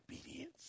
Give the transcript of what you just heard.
obedience